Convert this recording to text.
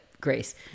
Grace